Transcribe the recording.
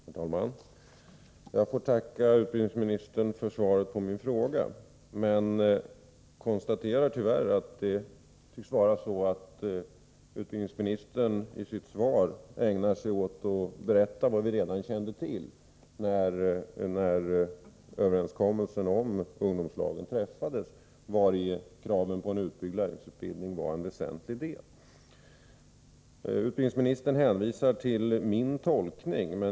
Herr talman! Jag får tacka utbildningsministern för svaret på min fråga. Jag måste tyvärr konstatera att utbildningsministern i sitt svar bara ägnar sig åt att berätta vad vi redan kände till när överenskommelsen om ungdomslagen träffades. Kravet på en utbyggd lärlingsutbildning var en väsentlig del i sammanhanget. Utbildningsministern hänvisar till min tolkning.